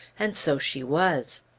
and so she was.